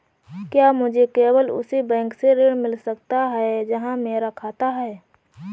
क्या मुझे केवल उसी बैंक से ऋण मिल सकता है जहां मेरा खाता है?